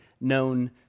known